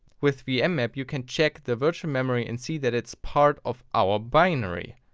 with vmmap you can check the virtual memory and see that it's part of our binary?